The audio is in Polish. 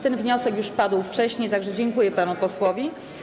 Ten wniosek już padł wcześniej, tak że dziękuję panu posłowi.